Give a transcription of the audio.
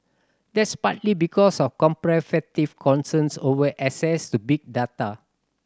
that's partly because of concerns over access to big data